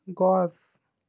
গছ